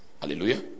Hallelujah